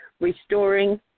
restoring